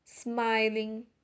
Smiling